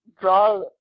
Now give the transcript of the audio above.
draw